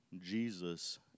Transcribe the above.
Jesus